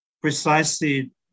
precisely